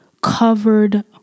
covered